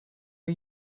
are